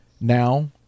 Now